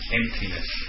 emptiness